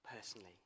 personally